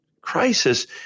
crisis